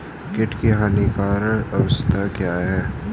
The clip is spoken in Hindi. कीट की हानिकारक अवस्था क्या है?